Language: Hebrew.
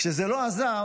כשזה לא עזר,